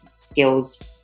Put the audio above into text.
skills